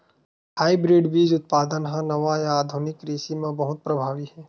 hybrid बीज उत्पादन हा नवा या आधुनिक कृषि मा बहुत प्रभावी हे